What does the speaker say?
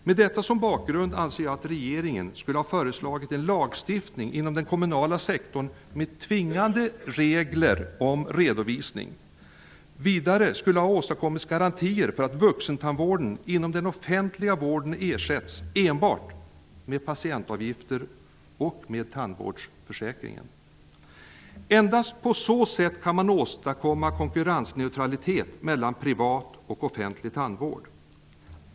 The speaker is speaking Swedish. Med detta som bakgrund anser jag att regeringen skulle ha föreslagit en lagstiftning inom den kommunala sektorn med tvingande regler om redovisning. Vidare skulle ha åstadkommits garantier för att vuxentandvården inom den offentliga vården ersätts enbart med patientavgifter och med tandvårdsförsäkringen. Endast på så sätt kan man åstadkomma konkurrensneutralitet mellan privat och offentlig tandvård.